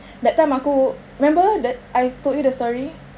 that time aku remember that I told you the story